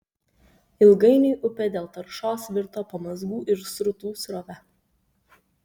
ilgainiui upė dėl taršos virto pamazgų ir srutų srove